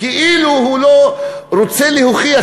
כאילו הוא רוצה להוכיח,